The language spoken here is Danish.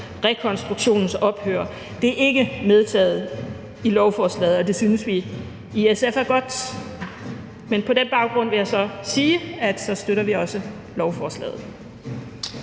rekonstruktionens ophør. Det er ikke medtaget i lovforslaget, og det synes vi i SF er godt. Men på den baggrund vil jeg så sige, at vi også støtter lovforslaget.